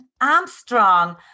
Armstrong